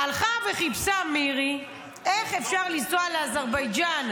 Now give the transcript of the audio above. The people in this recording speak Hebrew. הלכה וחיפשה מירי איך אפשר לנסוע לאזרבייג'ן,